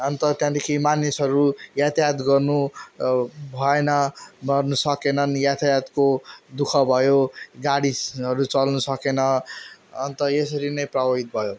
अन्त त्यहाँदेखि मानिसहरू यातायात गर्नु भएन गर्न सकेनन् यातायतको दुःख भयो गाडीहरू चल्न सकेन अन्त यसरी नै प्रभावित भयो